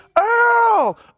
Earl